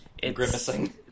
Grimacing